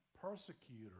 persecutor